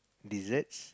desserts